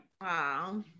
wow